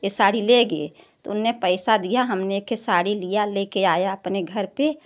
यह साड़ी लेंगे तो उन्ने पैसा दिया हमने एके साड़ी लिया लेकर आया अपने घर पर